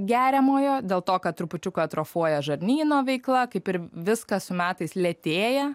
geriamojo dėl to kad trupučiuką atrofuoja žarnyno veikla kaip ir viskas su metais lėtėja